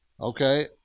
Okay